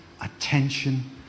attention